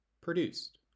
produced